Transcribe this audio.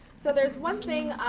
so there's one thing,